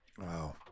wow